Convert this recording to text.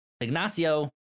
Ignacio